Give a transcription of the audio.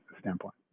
standpoint